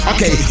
Okay